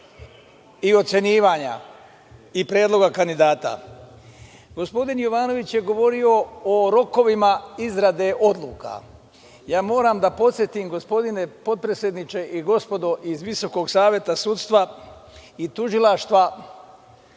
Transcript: i ocenjivanja i predloga kandidata. Gospodin Jovanović je govorio o rokovima izrade odluka. Moram da podsetim, gospodine potpredsedniče i gospodo iz Visokog saveta sudstva i tužilaštva,